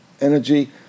Energy